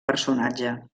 personatge